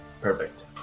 Perfect